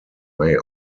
may